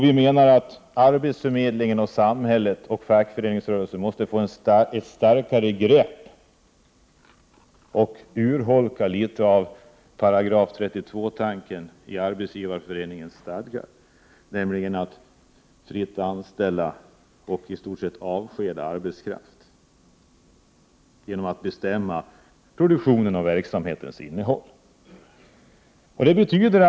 Vi menar att arbetsförmedlingen, samhället och fackföreningsrörelsen, måste få ett starkare grepp om det här och i någon mån urholka § 32-tanken — nämligen att arbetsköparna har rätt att fritt anställa och i stort sett avskeda arbetskraft genom att bestämma produktionens och verksamhetens innehåll — i Arbetsgivareföreningens stadgar.